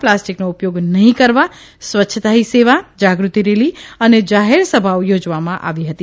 પ્લાસ્ટીકનો ઉપ યોગ નહી કરવા સ્વચ્છતા હી સેવા જાગૃતી રેલી અને જાહેર સભાઓ યોજવામાં આવી હતી